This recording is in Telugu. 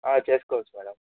చేసుకోవచ్చు మేడం